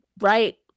Right